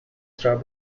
star